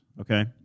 okay